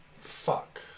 Fuck